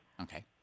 Okay